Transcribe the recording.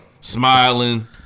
smiling